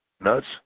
Nuts